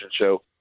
show